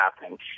happening